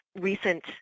recent